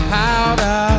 powder